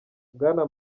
bwana